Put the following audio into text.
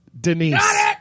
Denise